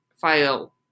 file